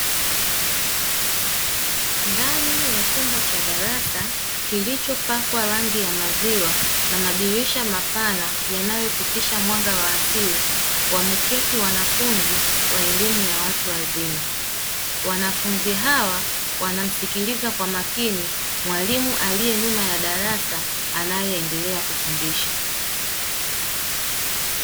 Ndani ya chumba cha darasa, kilicho pakwa rangi ya maziwa na madirisha mapana, yanayo pitisha mwanga wa asili, wameketi wanafunzi wa elimu ya watu wazima. Wanafunzi hawa wanamsikiliza kwa makini, mwalimu aliye nyuma ya darasa anae endelea kufundisha.